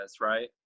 right